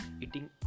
eating